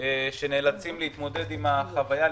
שנאלצים להתמודד עם החוויה,